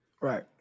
Right